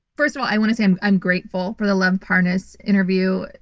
first of all, i want to say i'm and grateful for the lev parnas interview,